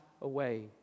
away